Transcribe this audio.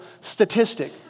statistic